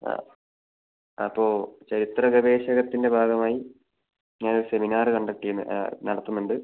ആ അപ്പോൾ ചരിത്ര ഗവേഷകത്തിൻ്റെ ഭാഗമായി ഞാൻ ഒരു സെമിനാറ് കണ്ടക്റ്റ് ചെയ്യുന്ന് നടത്തുന്നുണ്ട്